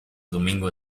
domingo